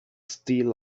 steel